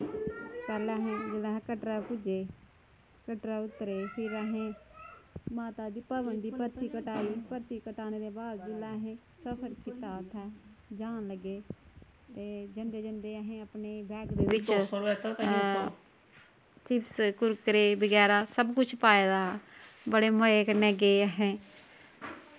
पैह्लैं असें जिल्लै अस कटरा पुज्जे कटरै उत्तरे फिर असें माता दी भवन दी पर्ची कटाई पर्ची कटानें दे बाद जिसलै असें सफर कीता उत्थैं जान लगे ते जंदे जंदे असें अपने बैग दे बिच्च चिप्स कुरकुरे बगैरा सब कुछ पाए दा बड़े मजे कन्नै गे असें